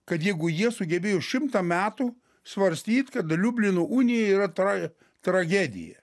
kad jeigu jie sugebėjo šimtą metų svarstyt kad liublino unija yra tra tragedija